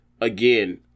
again